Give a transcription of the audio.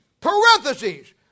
parentheses